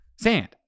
Sand